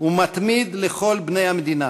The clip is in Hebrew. ומתמיד לכל בני המדינה